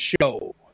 show